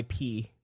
IP